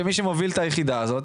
כמי שמוביל את היחידה הזו,